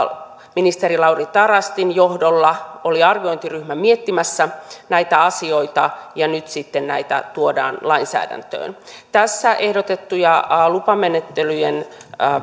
ministeri lauri tarastin johdolla oli arviointiryhmä miettimässä näitä asioita ja nyt sitten näitä tuodaan lainsäädäntöön tässä ehdotetut lupamenettelyjen